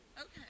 Okay